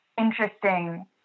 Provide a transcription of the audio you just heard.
interesting